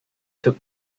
took